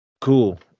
Cool